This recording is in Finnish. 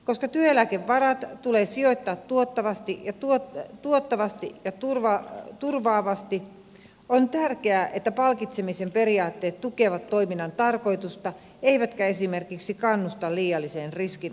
koska työeläkevarat tulee sijoittaa tuottavasti ja turvaavasti on tärkeää että palkitsemisen periaatteet tukevat toiminnan tarkoitusta eivätkä esimerkiksi kannusta liialliseen riskinottoon